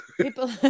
people